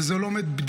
וזו לא בדיחה,